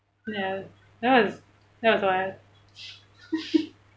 ya that was that was wild